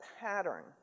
pattern